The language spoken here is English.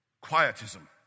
quietism